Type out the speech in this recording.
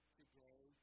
today